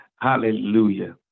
Hallelujah